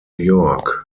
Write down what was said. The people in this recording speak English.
york